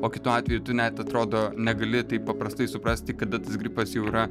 o kitu atveju tu net atrodo negali taip paprastai suprasti kada gripas jau yra